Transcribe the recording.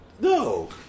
No